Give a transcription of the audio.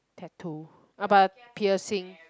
tattoo uh but piercing